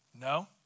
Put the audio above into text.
No